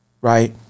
Right